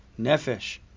nefesh